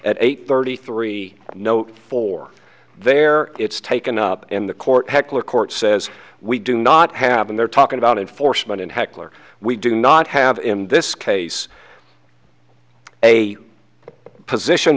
at eight thirty three no four there it's taken up in the court hechler court says we do not have and they're talking about enforcement and hechler we do not have in this case a position